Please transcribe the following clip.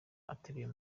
ateruye